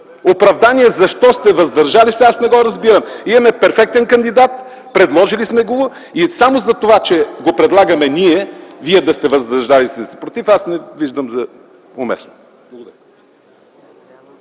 Оправдание защо сте „въздържали се” аз не разбирам. Имаме перфектен кандидат, предложили сме го и само затова, че го предлагаме ние, вие да сте „въздържали се” и да сте „против” аз не виждам за уместно.